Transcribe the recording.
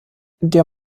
der